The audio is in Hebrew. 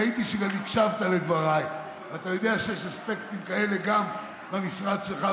ראיתי שגם הקשבת לדבריי ואתה יודע שיש אספקטים כאלה גם במשרד שלך,